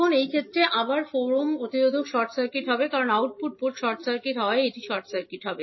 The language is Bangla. এখন এই ক্ষেত্রে আবার 4 ওহম প্রতিরোধক শর্ট সার্কিট হবে কারণ আউটপুট পোর্ট শর্ট সার্কিট হওয়ায় এটি শর্ট সার্কিট হবে